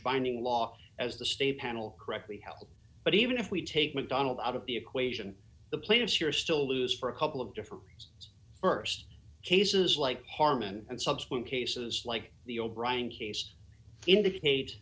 binding law as the state panel correctly held but even if we take mcdonald out of the equation the plaintiffs are still lose for a couple of different first cases like harmon and subsequent cases like the o'brien he's indicate